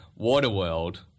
Waterworld